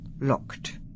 Locked